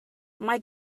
mae